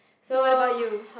so what about you